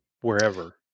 wherever